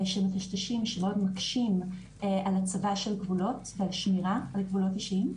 שמאוד מקשים על הצבה של גבולות ועל שמירה על גבולות אישיים,